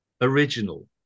original